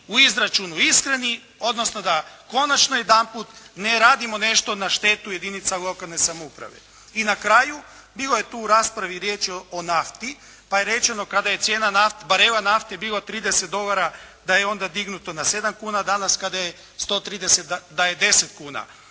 u izračunu iskreni, odnosno da konačno jedanput ne radimo nešto na štetu jedinica lokalne samouprave. I na kraju, bilo je tu rasprave i riječi o nafti. Pa je rečeno kada je cijena barela nafte bila 30 dolara, da je onda dignuto na 7 kuna, danas kada je 130, da je 10 kuna.